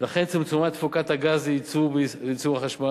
ולכן צומצמה תפוקת הגז לייצור חשמל.